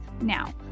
Now